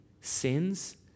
Sins